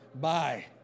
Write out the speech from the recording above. Bye